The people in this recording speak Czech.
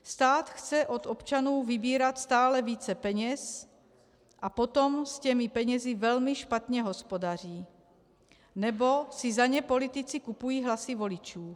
Stát chce od občanů vybírat stále více peněz a potom s těmi penězi velmi špatně hospodaří nebo si za ně politici kupují hlasy voličů.